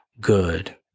good